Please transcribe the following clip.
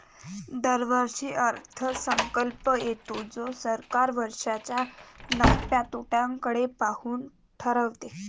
दरवर्षी अर्थसंकल्प येतो जो सरकार वर्षाच्या नफ्या तोट्याकडे पाहून ठरवते